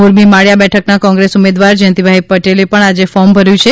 મોરબી માળીયા બેઠકના કોંગ્રેસ ઉમેદવાર જયંતિભાઈ પટેલે પણ આજે ફોર્મ ભર્યું છે